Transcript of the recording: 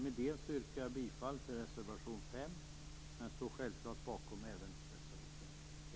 Med detta yrkar jag bifall till reservation 5, men står självfallet bakom även reservation